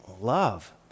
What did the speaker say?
love